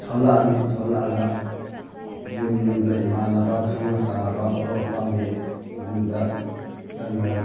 ꯊꯣꯛꯂꯛꯑꯅꯤ ꯊꯣꯛꯂꯛꯑꯒ ꯌꯨꯝ ꯌꯨꯝꯗ ꯏꯃꯥꯟꯅꯕ ꯈꯪꯅ ꯆꯥꯟꯅꯕ ꯃꯔꯨꯞ ꯃꯄꯥꯡꯒꯤ ꯏꯃꯨꯡꯗ ꯆꯪꯉꯒ